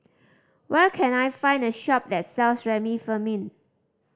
where can I find a shop that sells Remifemin